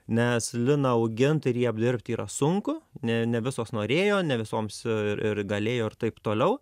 nes liną augint ir jį apdirbt yra sunku ne ne visos norėjo ne visoms ir ir galėjo ir taip toliau